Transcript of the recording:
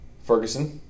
Ferguson